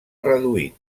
reduït